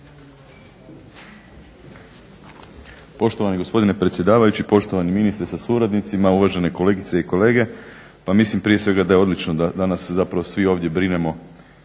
Poštovani gospodine predsjedavajući, poštovani ministre sa suradnicima, uvažene kolegice i kolege. Pa mislim prije svega da je odlično da danas zapravo svi ovdje brinemo